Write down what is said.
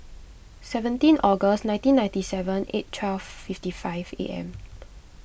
seventeen August nineteen ninety seven eight twelve fifty five A M